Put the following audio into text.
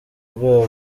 rwabo